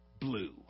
blue